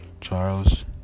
Charles